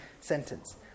sentence